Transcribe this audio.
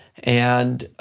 and,